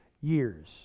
years